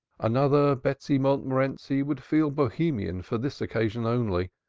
another betsy montmorenci would feel bohemian for this occasion only,